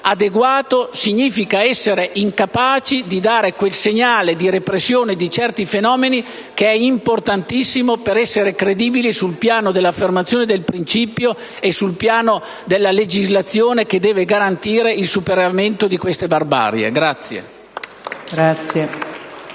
adeguato significa essere incapaci di dare quel segnale di repressione di certi fenomeni, che è importantissimo per essere credibili sul piano delle affermazioni di principio e sul piano della legislazione, che deve garantire il superamento di questa barbarie. *(Applausi